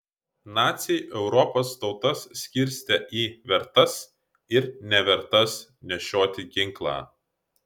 naciai europos tautas skirstė į vertas ir nevertas nešioti ginklą